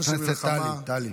חברת הכנסת טלי.